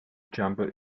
jumper